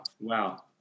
wow